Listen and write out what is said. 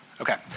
Okay